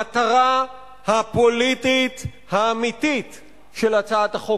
המטרה הפוליטית האמיתית של הצעת החוק